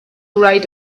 right